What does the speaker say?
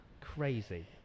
crazy